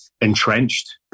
entrenched